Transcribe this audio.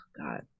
God